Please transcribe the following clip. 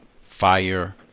fire